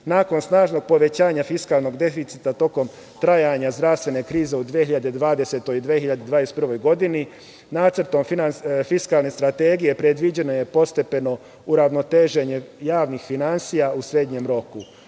Nakon snažnog povećanja fiskalne deficita tokom trajanja zdravstvene krize u 2020. godini i 2021. godini Nacrtom fiskalne strategije predviđeno je postepeno uravnoteženje javnih finansija u srednjem roku.